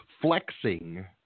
flexing